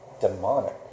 Demonic